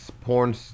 porn